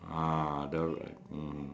ah that one